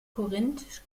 corinth